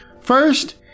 First